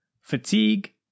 fatigue